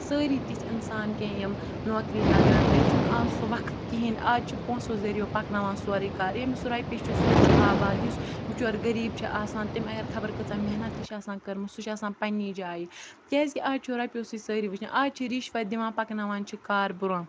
سٲری تِتھۍ اِنسان کینٛہہ یِم نوکری لَگَن بیٚیہِ چھُنہٕ اَز سُہ وقت کِہیٖنۍ اَز چھِ پونٛسو ذرۍیو پَکناوان سورُے کار ییٚمِس رۄپیہِ چھُ سُے چھِ آباد یُس بِچور غریٖب چھِ آسان تٔمۍ اگر خبر کۭژاہ محنت تہِ چھِ آسان کٔرمٕژ سُہ چھِ آسان پنٛنی جایہِ کیٛازِکہِ اَز چھِ رۄپیو سۭتۍ سٲری وٕچھان اَز چھِ رِشوَت دِوان پَکناوان چھِ کار بروںٛہہ